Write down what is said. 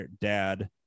dad